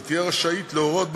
היא תהיה רשאית להורות,